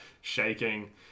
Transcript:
shaking